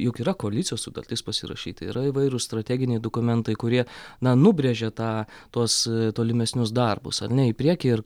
juk yra koalicijos sutartis pasirašyta yra įvairūs strateginiai dokumentai kurie na nubrėžė tą tuos tolimesnius darbus ar ne į priekį ir